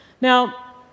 Now